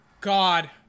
God